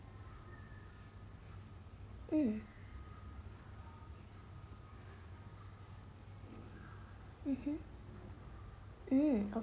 mm mmhmm mm